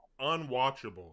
unwatchable